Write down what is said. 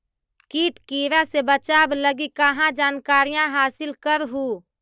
किट किड़ा से बचाब लगी कहा जानकारीया हासिल कर हू?